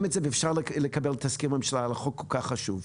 את זה ואפשר לקבל את ההסכמות על חוק כל כך חשוב?